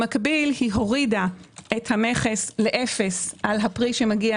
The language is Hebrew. במקביל היא הורידה את המכס לאפס על הפרי שמגיע